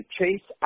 Chase